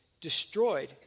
destroyed